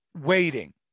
waiting